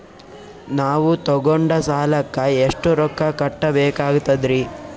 ನಾವು ತೊಗೊಂಡ ಸಾಲಕ್ಕ ಎಷ್ಟು ರೊಕ್ಕ ಕಟ್ಟಬೇಕಾಗ್ತದ್ರೀ?